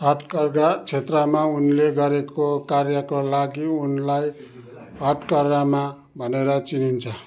हातकर्घा क्षेत्रमा उनले गरेको कार्यको लागि उनलाई हतकर्घा माँ भनेर चिनिन्छ